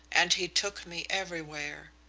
and he took me everywhere.